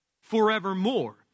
forevermore